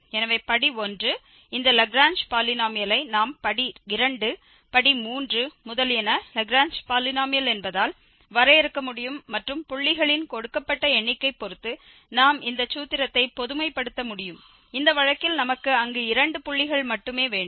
எனவே படி 1 இந்த லாக்ரேஞ்ச் பாலினோமியலை நாம் படி 2 படி 3 முதலியன லாக்ரேஞ்ச் பாலினோமியல் என்பதால் வரையறுக்க முடியும் மற்றும் புள்ளிகளின் கொடுக்கப்பட்ட எண்ணிக்கை பொறுத்து நாம் இந்த சூத்திரத்தை பொதுமைப்படுத்த முடியும் இந்த வழக்கில் நமக்கு அங்கு இரண்டு புள்ளிகள் மட்டுமே வேண்டும்